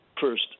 first